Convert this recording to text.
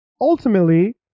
ultimately